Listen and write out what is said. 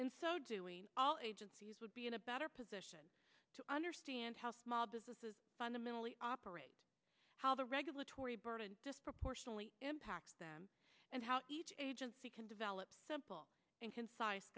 in so doing all agencies would be in a better position to understand how small businesses fundamentally operate how the regulatory burden disproportionately impact them and how each agency can develop simple and concise